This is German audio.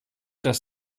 das